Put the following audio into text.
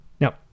Now